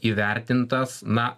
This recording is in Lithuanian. įvertintas na